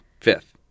fifth